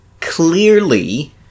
clearly